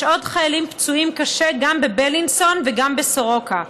יש עוד חיילים פצועים קשה גם בבילינסון וגם בסורוקה.